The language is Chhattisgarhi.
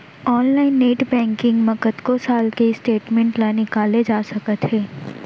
ऑनलाइन नेट बैंकिंग म कतको साल के स्टेटमेंट ल निकाले जा सकत हे